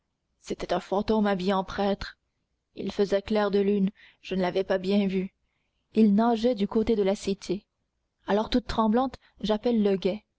c'était un fantôme habillé en prêtre il faisait clair de lune je l'ai très bien vu il nageait du côté de la cité alors toute tremblante j'appelle le guet